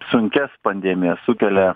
sunkias pandemijas sukelia